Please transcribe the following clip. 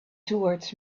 towards